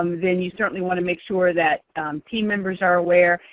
um then you certainly want to make sure that team members are aware.